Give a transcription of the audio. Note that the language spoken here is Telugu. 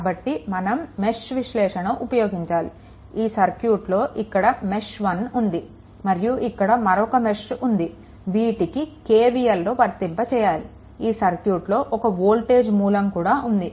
కాబట్టి మనం మెష్ విశ్లేషణని ఉపయోగించాలి ఈ సర్క్యూట్లో ఇక్కడ మెష్1 ఉంది మరియు ఇక్కడ మరొక మెష్ ఉంది వీటికి KVLను వర్తింపచేయాలి ఈ సర్క్యూట్లో ఒక వోల్టేజ్ మూలం కూడా ఉంది